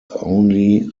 only